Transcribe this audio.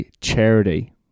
charity